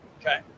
okay